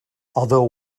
although